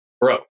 Bro